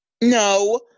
No